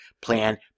plan